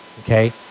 okay